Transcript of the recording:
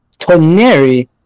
Toneri